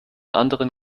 anderen